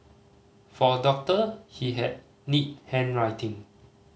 for a doctor he had neat handwriting